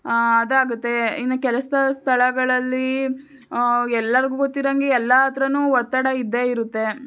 ಅದಾಗುತ್ತೆ ಇನ್ನು ಕೆಲಸದ ಸ್ಥಳಗಳಲ್ಲಿ ಎಲ್ಲರಿಗೂ ಗೊತ್ತಿರೋ ಹಂಗೆ ಎಲ್ಲ ಹತ್ತಿರನೂ ಒತ್ತಡ ಇದ್ದೇ ಇರುತ್ತೆ